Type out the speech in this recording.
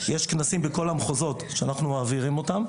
יש כנסים שאנחנו מעבירים בכל המחוזות,